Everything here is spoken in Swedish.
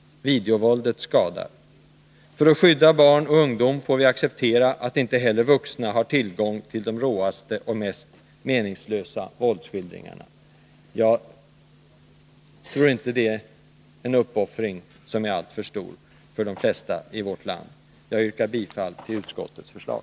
Videovåldet skadar. För att skydda barn och ungdom får vi acceptera att inte heller vuxna har tillgång till de råaste och mest meningslösa våldsskildringarna. Jag tror inte att det är en för stor uppoffring för de flesta i vårt land. Herr talman! Jag yrkar bifall till utskottets förslag.